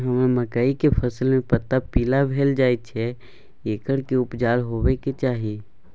हमरा मकई के फसल में पता पीला भेल जाय छै एकर की उपचार होबय के चाही?